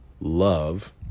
love